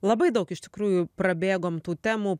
labai daug iš tikrųjų prabėgom tų temų